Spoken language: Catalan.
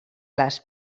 les